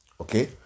Okay